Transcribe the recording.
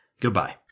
goodbye